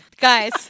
Guys